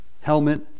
helmet